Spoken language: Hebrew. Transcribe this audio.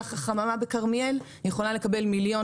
כך חממה בכרמיאל יכולה לקבל מיליון